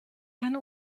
keine